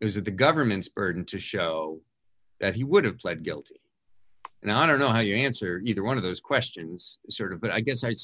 is it the government's burden to show that he would have pled guilty and i don't know how you answer either one of those questions sort of but i guess i